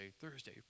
Thursday